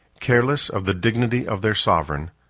careless of the dignity of their sovereign,